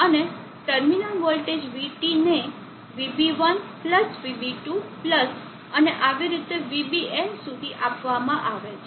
અને terminal voltage VT ને VB1 VB2 અને આવી રીતે VBn સુધી આપવામાં આવે છે